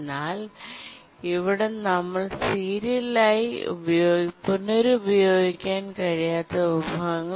എന്നാൽ ഇവിടെ നമ്മൾ സീരിയൽ ആയി പുനരുപയോഗിക്കാൻ കഴിയാത്ത വിഭവങ്ങൾ not serially reusable